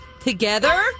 Together